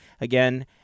Again